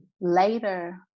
later